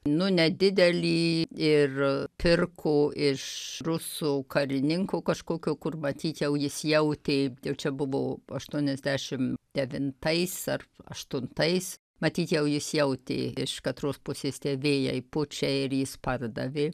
nu nedidelį ir pirko iš rusų karininko kažkokio kur matyt jau jis jautė jau čia buvo aštuoniasdešim devintais ar aštuntais matyt jau jis jautė iš katros pusės tie vėjai pučia ir jis pardavė